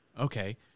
Okay